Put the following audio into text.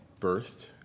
birthed